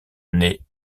née